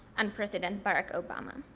and president barack obama.